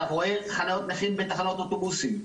אתה רואה חניות נכים בתחנות אוטובוסים.